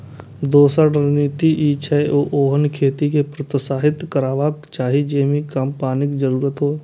दोसर रणनीति ई छै, जे ओहन खेती कें प्रोत्साहित करबाक चाही जेइमे कम पानिक जरूरत हो